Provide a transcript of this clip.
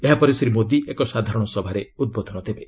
ଏହାପରେ ଶ୍ରୀ ମୋଦି ଏକ ସାଧାରଣ ସଭାରେ ଉଦ୍ବୋଧନ ଦେବେ